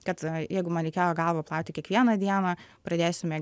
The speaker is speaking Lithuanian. kad jeigu reikėjo galvą plauti kiekvieną dieną pradėsime